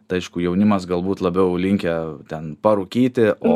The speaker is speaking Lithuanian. tai aišku jaunimas galbūt labiau linkę ten parūkyti o